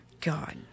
God